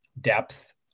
depth